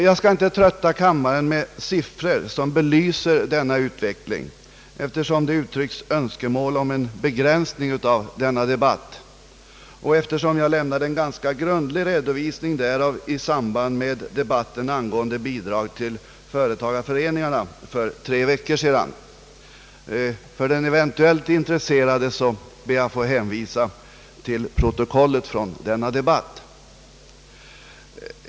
Jag skall inte trötta kammaren med siffror som belyser denna utveckling, eftersom önskemål om en begränsning av debatten har uttryckts och eftersom jag lämnade en ganska grundlig redovisning för denna utveckling i samband med debatten för tre veckor sedan angående bidrag till företagarföreningarna; för den eventuellt intresserade ber jag att få hänvisa till protokollet från denna debatt.